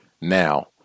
Now